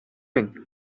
минь